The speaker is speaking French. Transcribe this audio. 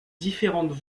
différentes